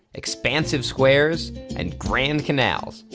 expansive squares and grand canals,